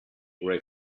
grey